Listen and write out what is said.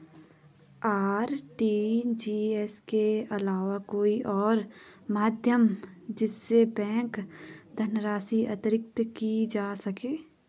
RTGS के अलावा कोई और माध्यम जिससे बैंक धनराशि अंतरित की जा सके?